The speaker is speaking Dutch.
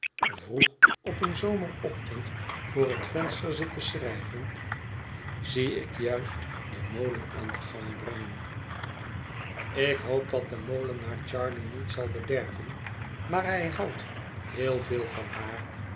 vroeg op een zomerochtend voor het venster zit te schrijven zie ik juist den molen aan den gang brengen ik hoop dat de molenaar charley niet zal bederven maar hij houdt heel veel van haar